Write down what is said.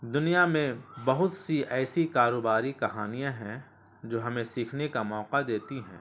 دنیا میں بہت سی ایسی کاروباری کہانیاں ہیں جو ہمیں سیکھنے کا موقع دیتی ہیں